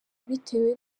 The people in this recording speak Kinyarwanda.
bitewe